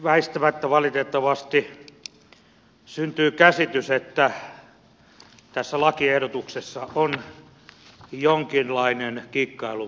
väistämättä valitettavasti syntyy käsitys että tässä lakiehdotuksessa on jonkinlainen kikkailun maku